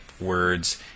words